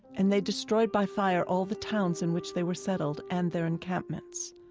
and they destroyed by fire all the towns in which they were settled and their encampments.